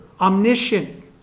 omniscient